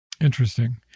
Interesting